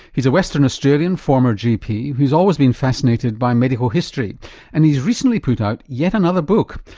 he's a western australian former gp who's always been fascinated by medical history and he's recently put out yet another book.